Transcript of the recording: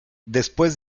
después